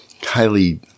highly